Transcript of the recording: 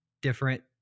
different